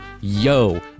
yo